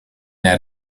naar